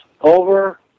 over